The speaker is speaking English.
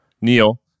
Neil